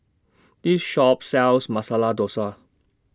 This Shop sells Masala Dosa